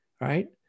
right